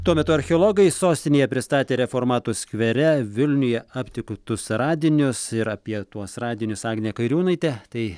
tuo metu archeologai sostinėje pristatė reformatų skvere vilniuje aptiktus radinius ir apie tuos radinius agnė kairiūnaitė tai